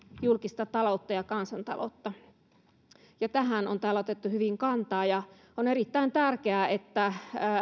julkista taloutta ja kansantaloutta tähän on täällä otettu hyvin kantaa ja on erittäin tärkeää että